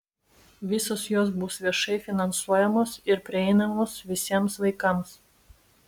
visos jos bus viešai finansuojamos ir prieinamos visiems vaikams